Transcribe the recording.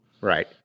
Right